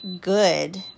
good